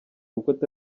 rukuta